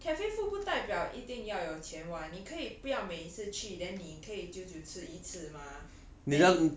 no cafe food 不代表一定要有钱 [one] 你可以不要每次去 then 你可以久久吃一次 mah